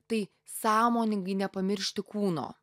tai sąmoningai nepamiršti kūno